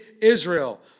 Israel